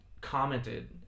commented